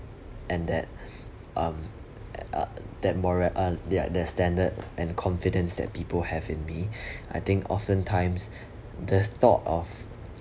and that um and uh that morale their their standard and confidence that people have in me I think often times the thought of